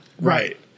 right